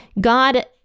god